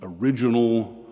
original